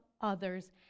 others